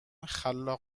خلاق